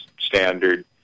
standard